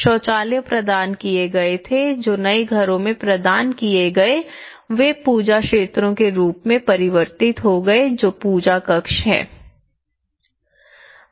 शौचालय प्रदान किए गए थे जो नए घरों में प्रदान किए गए वे पूजा क्षेत्रों के रूप में परिवर्तित हो गए जो पूजा कक्ष हैं